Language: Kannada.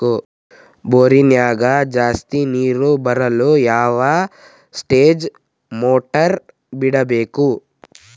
ಬೋರಿನ್ಯಾಗ ಜಾಸ್ತಿ ನೇರು ಬರಲು ಯಾವ ಸ್ಟೇಜ್ ಮೋಟಾರ್ ಬಿಡಬೇಕು?